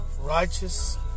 righteous